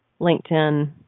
LinkedIn